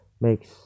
makes